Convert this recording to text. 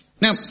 Now